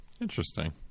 Interesting